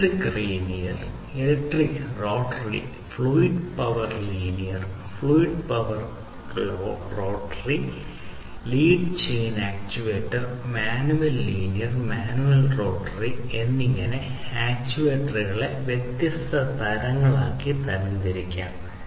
electric linear electric rotary fluid power linear fluid power rotary linear chain actuator manual linear manual rotary എന്നിങ്ങനെ ആക്റ്റേറ്ററുകളെ വ്യത്യസ്ത തരങ്ങളായി തരംതിരിക്കാം